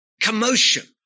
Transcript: commotion